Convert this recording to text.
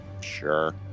Sure